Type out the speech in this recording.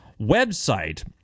website